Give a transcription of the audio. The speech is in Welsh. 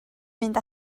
mynd